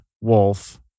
wolf